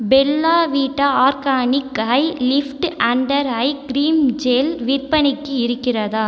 Bella Vita organic eye lift under eye cream gel விற்பனைக்கு இருக்கிறதா